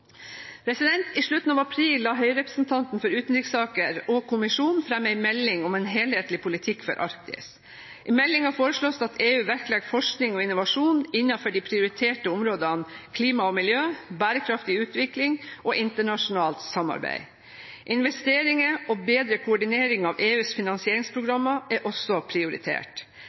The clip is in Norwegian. I slutten av april la høyrepresentanten for utenrikssaker og kommisjonen fram en melding om en helhetlig politikk for Arktis. I meldingen foreslås det at EU vektlegger forskning og innovasjon innenfor de prioriterte områdene klima og miljø, bærekraftig utvikling og internasjonalt samarbeid. Investeringer og bedre koordinering av EUs finansieringsprogrammer er også prioritert.